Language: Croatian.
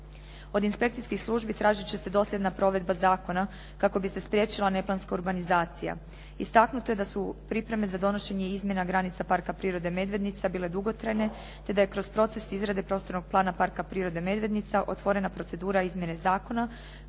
Od inspekcijskih službi tražit će se dosljedna provedba zakona kako bi se spriječila neplanska urbanizacija. Istaknuto je da su pripreme za donošenje izmjena granice Parka prirode "Medvednica" bile dugotrajne, te da je kroz proces izrade prostornog plana Parka prirode "Medvednica" otvorena procedura izmjene zakona